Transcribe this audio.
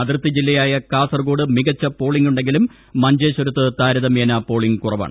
അതിർത്തി ജില്ലയായ കാസർഗോഡ് മികച്ച പോളിംഗ് ഉങ്കിലും മഞ്ചേശ്വരത്ത് താരതമ്യേന പോളിംഗ് കുറവാണ്